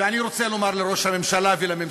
ואני רוצה לומר לראש הממשלה ולממשלה: